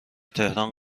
تهران